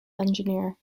engineer